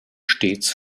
stets